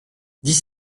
dix